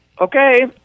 okay